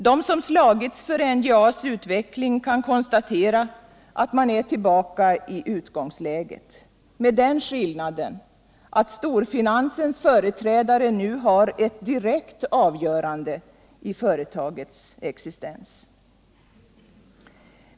De som slagits för NJA:s utveckling kan konstatera att man är tillbaka i utgångsläget — med den skillnaden att storfinansens företrädare nu har ett direkt avgörande i företagets existens.